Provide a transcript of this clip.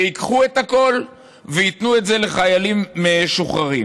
שייקחו את הכול וייתנו את זה לחיילים משוחררים.